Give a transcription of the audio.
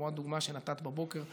כמו הדוגמה שנתת בבוקר,